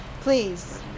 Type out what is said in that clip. Please